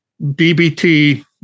DBT